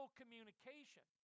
communication